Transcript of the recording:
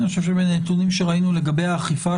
אני חושב שמנתונים שראינו לגבי האכיפה